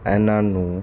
ਇਹਨਾਂ ਨੂੰ